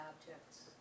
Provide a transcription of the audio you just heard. objects